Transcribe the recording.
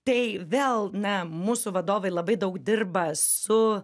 tai vėl na mūsų vadovai labai daug dirba su